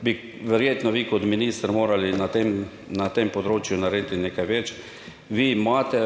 bi verjetno vi kot minister morali na tem, na tem področju narediti nekaj več. Vi imate,